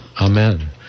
Amen